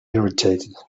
irritated